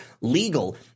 legal